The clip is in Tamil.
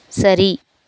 சரி